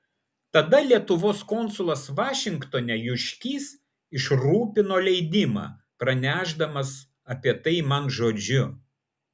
tada lietuvos konsulas vašingtone juškys išrūpino leidimą pranešdamas apie tai man žodžiu